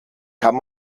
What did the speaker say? kann